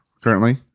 currently